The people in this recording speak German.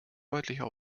deutlicher